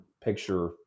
picture